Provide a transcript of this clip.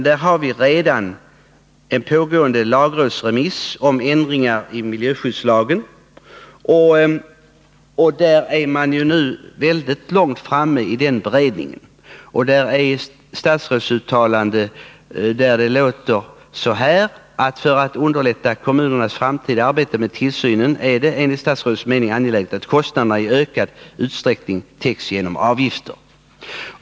Det finns redan en lagrådsremiss beträffande ändringar i miljöskyddslagen, och man är nu mycket långt framme med beredningen av ärendet. I ett statsrådsuttalande framhålls det också följande: ”För att underlätta bl.a. kommunernas framtida arbete med tillsynen är det enligt min mening angeläget att kostnaderna i ökad utsträckning täcks genom avgifter.